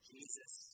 Jesus